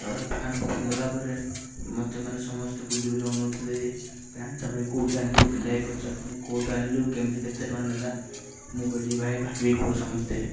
ତା'ପରେ ପ୍ୟାଣ୍ଟ୍କୁ ପିନ୍ଧି ଦେଲାପରେ ମୋତେ ମାନେ ସମସ୍ତେ ବୁଲିବୁଲି ଅନାଉଥିଲେ ଯେ ଏ ପ୍ୟାଣ୍ଟ୍ଟା ଭାଇ କେଉଁଠୁ ଆଣିଲୁ ପିଲାଏ ପାଚାରୁଥିଲେ କେଉଁଠୁ ଆଣଲୁ କେମିତି କେତେ ଟଙ୍କା ନେଲା ମୁଁ କହିଲି ଭାଇ ଭାବିକି କୁହ ସମସ୍ତେ